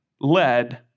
led